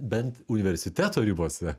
bent universiteto ribose